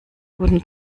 guten